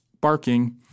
barking